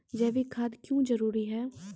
जैविक खाद क्यो जरूरी हैं?